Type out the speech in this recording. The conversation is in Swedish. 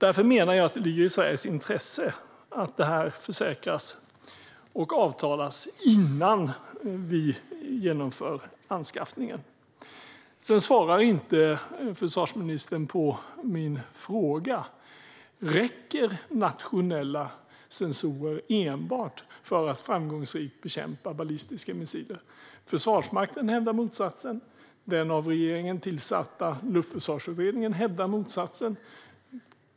Därför menar jag att det ligger i Sveriges intresse att det försäkras och avtalas innan vi genomför anskaffningen. Sedan svarar försvarsministern inte på min fråga. Räcker enbart nationella sensorer för att framgångsrikt bekämpa ballistiska missiler? Försvarsmakten hävdar motsatsen. Den av regeringen tillsatta Luftförsvarsutredningen hävdar motsatsen.